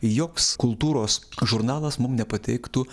joks kultūros žurnalas mum nepateiktų